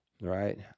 Right